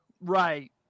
right